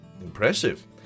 Impressive